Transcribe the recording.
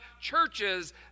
churches